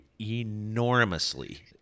enormously